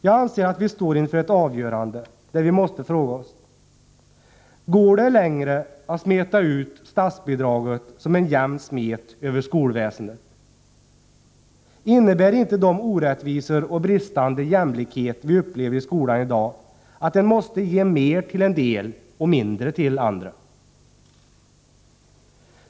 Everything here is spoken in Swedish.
Jag anser att vi står inför ett avgörande, där vi måste fråga oss: Går det längre att smeta ut statsbidraget som en jämn smet över skolväsendet? Innebär inte de orättvisor och den bristande jämlikhet vi upplever i skolan i dag att man måste ge mer till en del och mindre till andra?